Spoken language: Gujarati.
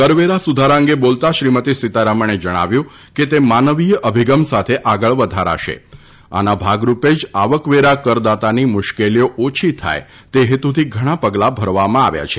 કરવેરા સુધારા અંગે બોલતાં શ્રીમતી સિતારમણે જણાવ્યું હતું કે તે માનવીય અભિગમ સાથે આગળ વધારાશે આના ભાગરૂપે જ આવકવેરા કરદાતાની મુશ્કેલીઓ ઓછી થાય તે હેતુથી ઘણા પગલાં ભરવામાં આવ્યા છે